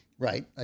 Right